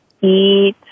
eat